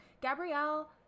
Gabrielle